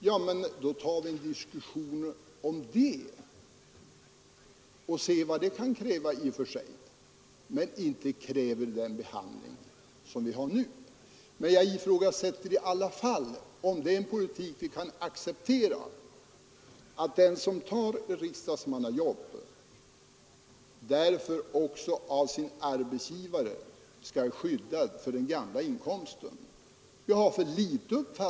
Ja, men då får vi ta en diskussion om det och se vad det i och för sig kan motivera. Men jag ifrågasätter i alla fall om det är en politik vi kan acceptera, att den som tar ett riksdagsmannajobb av sin arbetsgivare skall vara garanterad den gamla inkomsten.